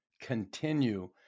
continue